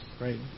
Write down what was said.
right